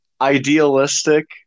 Idealistic